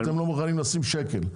אתם לא מוכנים לשים שקל.